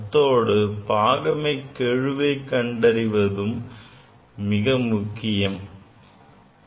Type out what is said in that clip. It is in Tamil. அத்தோடு பாகமை கெழுவை கண்டறிவதும் மிக முக்கியமானதாகும்